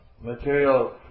material